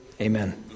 Amen